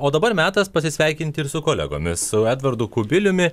o dabar metas pasisveikinti ir su kolegomis su edvardu kubiliumi